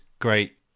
great